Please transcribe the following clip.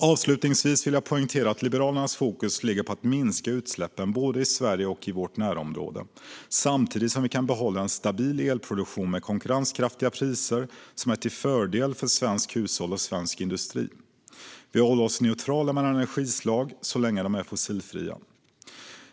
Avslutningsvis vill jag poängtera att Liberalernas fokus ligger på att minska utsläppen, både i Sverige och i vårt närområde, samtidigt som vi kan behålla en stabil elproduktion med konkurrenskraftiga priser som är till fördel för svenska hushåll och svensk industri. Vi håller oss neutrala gällande energislag, så länge de är fossilfria.